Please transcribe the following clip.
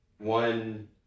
One